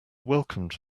welcomed